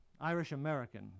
Irish-American